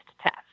test